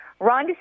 Ron